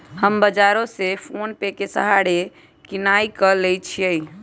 हम बजारो से फोनेपे के सहारे किनाई क लेईछियइ